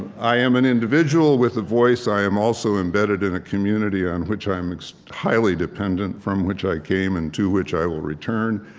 and i am an individual with a voice. i am also embedded in a community on which i'm highly dependent, from which i came, and to which i will return.